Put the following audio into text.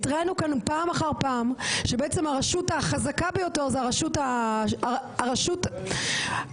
התרענו כאן פעם אחר פעם שבעצם הרשות החזקה ביותר זה הרשות המבצעת,